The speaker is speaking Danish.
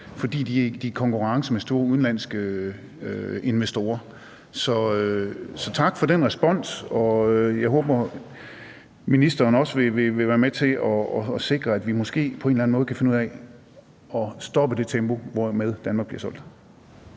fordi de er i konkurrence med store udenlandske investorer. Så tak for den respons. Og jeg håber, at statsministeren også vil være med til at sikre, at vi måske på en eller anden måde kan finde ud af at stoppe det tempo, hvormed Danmark bliver solgt.